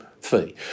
fee